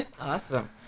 Awesome